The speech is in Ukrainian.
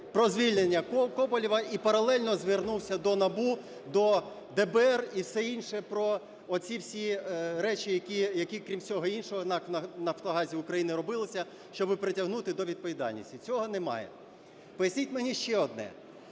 про звільнення Коболєва і паралельно звернувся до НАБУ, до ДБР і все інше про ці всі речі, які крім всього іншого у НАК "Нафтогазі України" робилося, щоб притягнути до відповідальності? Цього немає. Поясніть мені ще одне.